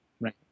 right